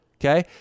Okay